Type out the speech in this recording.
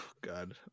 God